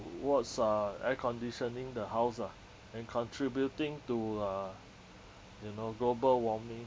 towards uh air conditioning the house ah and contributing to uh you know global warming